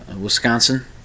Wisconsin